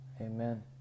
Amen